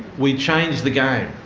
we change the game.